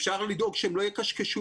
אפשר לדאוג שהם לא יקשקשו.